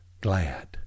glad